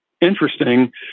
interesting